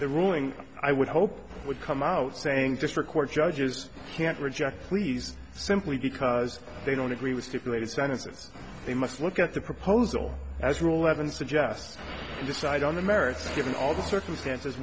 the ruling i would hope would come out saying district court judges can't reject pleas simply because they don't agree with stipulated sentences they must look at the proposal as a rule haven't suggests decide on the merits given all the circumstances